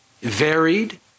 varied